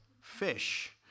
fish